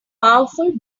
powerful